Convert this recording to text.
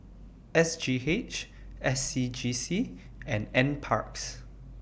S G H S C G C and NParks